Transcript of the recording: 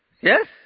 Yes